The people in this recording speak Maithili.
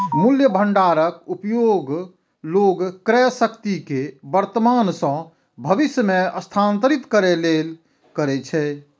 मूल्य भंडारक उपयोग लोग क्रयशक्ति कें वर्तमान सं भविष्य मे स्थानांतरित करै लेल करै छै